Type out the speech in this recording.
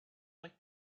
like